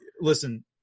Listen